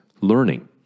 learning